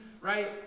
right